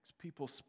People